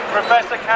Professor